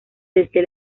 desde